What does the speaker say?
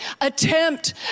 attempt